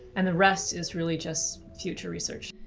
and the rest is really just future research.